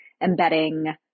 embedding